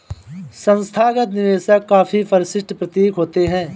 संस्थागत निवेशक काफी परिष्कृत प्रतीत होते हैं